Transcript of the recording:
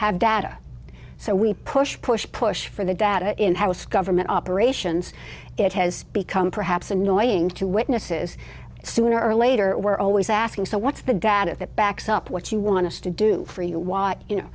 have data so we push push push for the data in house government operations it has become perhaps annoying to witnesses sooner or later we're always asking so what's the data that backs up what you want to do for you watch you know